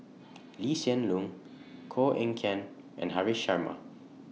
Lee Hsien Loong Koh Eng Kian and Haresh Sharma